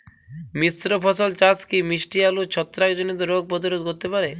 মিশ্র ফসল চাষ কি মিষ্টি আলুর ছত্রাকজনিত রোগ প্রতিরোধ করতে পারে?